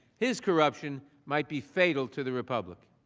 his corruption might be fatal to the republic.